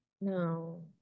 No